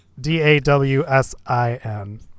d-a-w-s-i-n